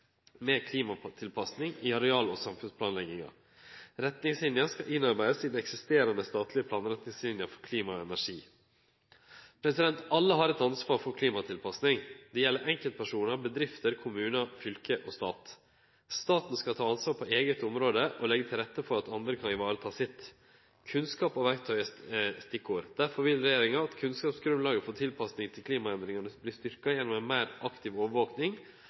med klimatilpassing i areal- og samfunnsplanlegginga. Retningslinja skal verte innarbeidd i den eksisterande statlege planretningslinja for klima og energi. Alle har eit ansvar for klimatilpassing. Det gjeld einskildpersonar, bedrifter, kommunar, fylke og stat. Staten skal ta ansvar på eige område og leggje til rette for at andre kan vareta sitt. Kunnskap og verktøy er stikkord. Derfor vil regjeringa at kunnskapsgrunnlaget for tilpassing til klimaendringane vert styrkt gjennom ei meir aktiv